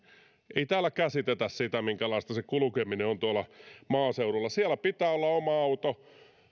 ei täällä käsitetä sitä minkälaista se kulkeminen on tuolla maaseudulla siellä pitää olla oma auto